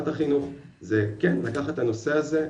זה כן לקחת את הנושא הזה,